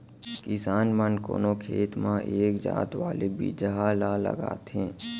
किसान मन कोनो खेत म एक जात वाले बिजहा ल लगाथें